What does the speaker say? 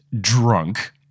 drunk